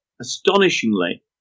astonishingly